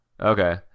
Okay